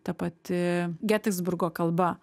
ta pati getisburgo kalba